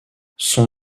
son